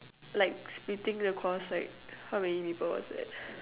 like splitting the cost like how many people was that